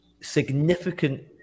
significant